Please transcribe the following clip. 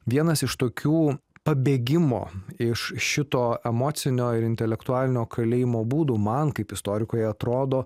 vienas iš tokių pabėgimo iš šito emocinio ir intelektualinio kalėjimo būdų man kaip istorikui atrodo